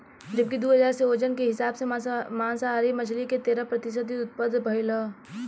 जबकि दू हज़ार में ओजन के हिसाब से मांसाहारी मछली के तेरह प्रतिशत ही उत्तपद भईलख